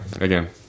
again